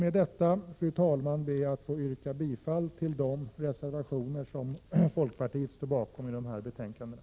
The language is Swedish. Med det anförda ber jag att få yrka bifall till de reservationer som folkpartiet står bakom i dessa betänkanden.